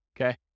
okay